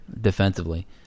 defensively